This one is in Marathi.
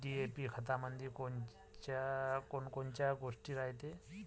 डी.ए.पी खतामंदी कोनकोनच्या गोष्टी रायते?